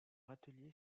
atelier